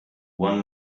one